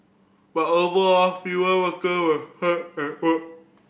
but overall fewer worker were hurt at work